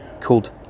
called